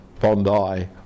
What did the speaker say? Bondi